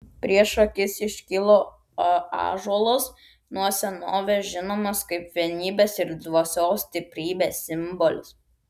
prieš akis iškilo ąžuolas nuo senovės žinomas kaip vienybės ir dvasios stiprybės simbolis